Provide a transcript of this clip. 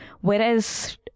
whereas